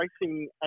racing